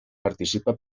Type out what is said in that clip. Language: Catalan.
participa